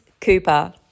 Cooper